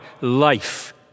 life